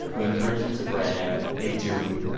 we encourage them to brag. they do.